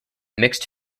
mixed